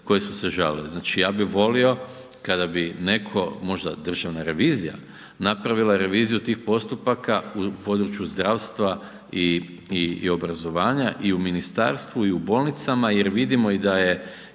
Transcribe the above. koje su se žalile. Znači, ja bi volio kada bi netko, možda Državna revizija, napravila reviziju tih postupaka u području zdravstva i obrazovanja u i ministarstvu i u bolnicama jer vidimo i da je